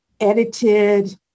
edited